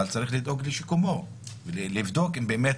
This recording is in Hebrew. אבל צריך לדאוג לשיקומו ולבדוק אם באמת